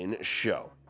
show